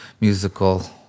musical